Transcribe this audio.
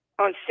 on